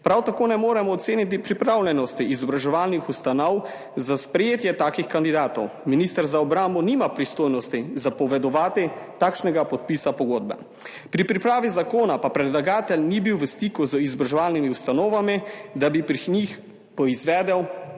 Prav tako ne moremo oceniti pripravljenosti izobraževalnih ustanov za sprejetje takih kandidatov. Minister za obrambo nima pristojnosti zapovedovati takšnega podpisa pogodbe. Pri pripravi zakona pa predlagatelj ni bil v stiku z izobraževalnimi ustanovami, da bi pri njih poizvedel o